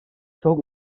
çok